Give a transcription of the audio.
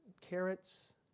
Carrots